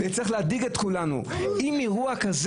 זה צריך להדאיג את כולנו.